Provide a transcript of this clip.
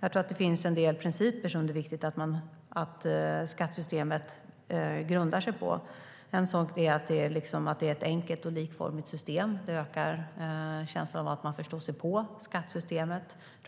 Det finns en del principer som det är viktigt att skattesystemet grundar sig på. En sådan är att skattesystemet är enkelt och likformigt, vilket ökar känslan av att man förstår sig på det.